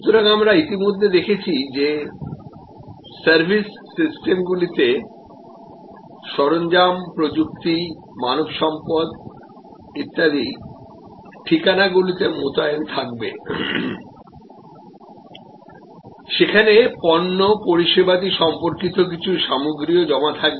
সুতরাং আমরা ইতিমধ্যে দেখেছি যে সার্ভিস সিস্টেমগুলিতে সরঞ্জাম প্রযুক্তি মানবসম্পদ ইত্যাদি ঠিকানা গুলিতে মোতায়েন থাকবে সেখানে পণ্য পরিষেবাদি সম্পর্কিত কিছু সামগ্রী জমা থাকবে